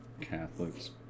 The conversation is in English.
catholics